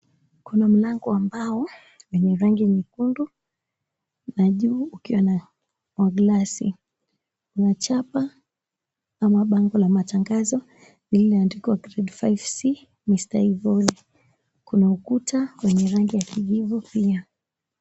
Kuna mlango ambao wenye rangi nyekundu na juu ukiwa na glasi. Una chapa ama bango la matangazo lililoandikwa, Grade 5c, Mr ivoli. Kuna ukuta wenye rangi ya kijivu pia.